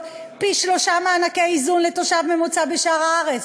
פי-שלושה ממענקי איזון לתושב ממוצע בשאר הארץ?